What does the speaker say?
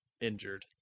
injured